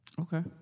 Okay